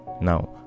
Now